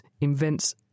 invents